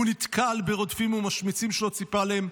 הוא נתקל ברודפים ובמשמיצים שלא ציפה להם.